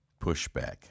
pushback